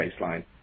baseline